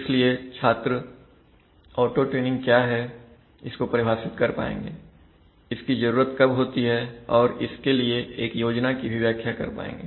इसलिए छात्र auto tuning क्या है इसको परिभाषित कर पाएंगे इसकी जरूरत कब होती है और इसके लिए एक योजना की भी व्याख्या कर पाएंगे